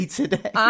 today